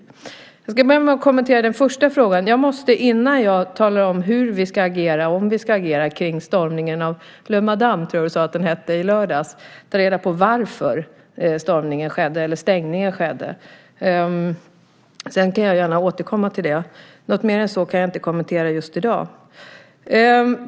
Sedan ska jag kommentera den första frågan. Innan jag talar om hur vi ska agera och om vi ska agera kring stormningen och stängningen i lördags av Le Madame, tror jag du sade att stället hette, måste jag ta reda på varför detta skedde. Sedan kan jag gärna återkomma till det. Mer än så kan jag inte kommentera just i dag.